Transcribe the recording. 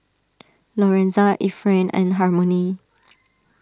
Lorenza Efrain and Harmony